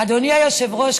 אדוני היושב-ראש,